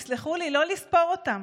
תסלחו לי, לא לספור אותן